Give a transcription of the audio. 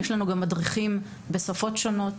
יש לנו גם מדריכים בשפות שונות,